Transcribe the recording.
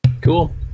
Cool